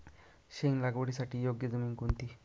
शेंग लागवडीसाठी योग्य जमीन कोणती?